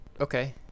Okay